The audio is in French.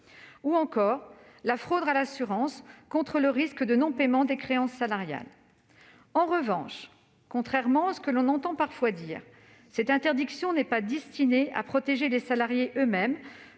aussi la fraude à l'assurance contre le risque de non-paiement des créances salariales. En revanche, contrairement à ce que l'on entend parfois, cette interdiction n'est pas destinée à protéger les salariés eux-mêmes